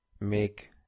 make